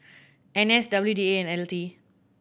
N S W D A and L T